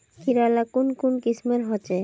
कीड़ा ला कुन कुन किस्मेर होचए?